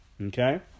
Okay